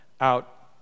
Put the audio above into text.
out